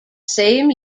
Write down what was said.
same